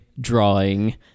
drawing